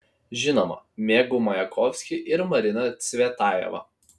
žinoma mėgau majakovskį ir mariną cvetajevą